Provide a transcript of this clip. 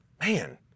Man